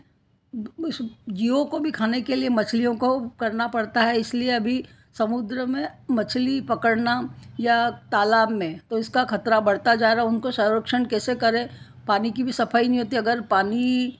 जीवों को भी खाने के लिए मछलियों को करना पड़ता है इसलिए अभी समुद्र में मछली पकड़ना या तालाब में तो इसका खतरा बढ़ता जा रहा है उनको संरक्षण कैसे करें पानी की भी सफ़ाई नहीं होती अगर पानी